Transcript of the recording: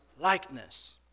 likeness